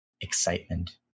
excitement